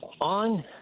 On